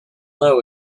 know